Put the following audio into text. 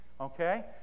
Okay